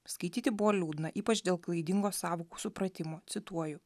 skaityti buvo liūdna ypač dėl klaidingo sąvokų supratimo cituoju